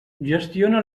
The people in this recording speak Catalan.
gestiona